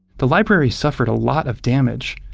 the library suffered a lot of damage,